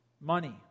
Money